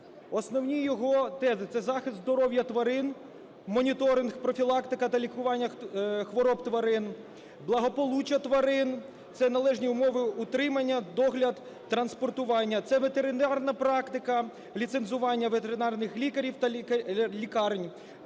Основні його тези. Це захист здоров'я тварин, моніторинг профілактика та лікування хвороб тварин, благополуччя тварин, це належні умови утримання, догляд, транспортування, це ветеринарна практика, ліцензування ветеринарних лікарів та лікарень